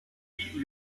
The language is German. die